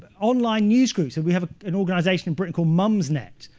online newsgroups. and we have an organization in britain called mumsnet,